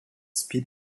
speed